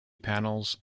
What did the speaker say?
panels